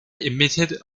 emitted